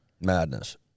Madness